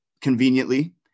conveniently